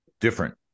different